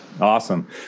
Awesome